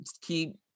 keep